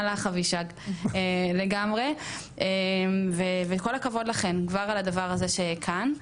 לך אבישג לגמרי וכל הכבוד לכן כבר על הדבר הזה שכאן.